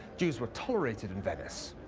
jews were toierated in venice,